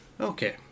okay